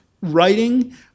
writing